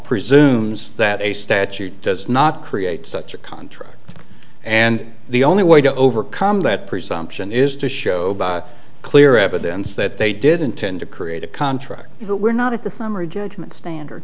presumes that a statute does not create such a contract and the only way to overcome that presumption is to show by clear evidence that they did intend to create a contract where we're not at the summary judgment standard